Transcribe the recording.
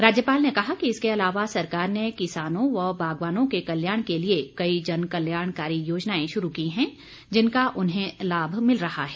राज्यपाल ने कहा कि इसके अलावा सरकार ने किसानों व बागवानों के कल्याण के लिए कई जनकल्याणकारी योजनाएं शुरू की हैं जिनका उन्हें लाभ मिल रहा है